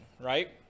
right